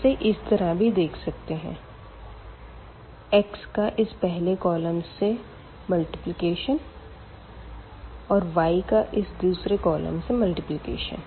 इसे इस तरह भी देख सकते है x का इस पहले कॉलम से मल्टीप्लिकेशन और y का इस दूसरे कॉलम से मल्टीप्लिकेशन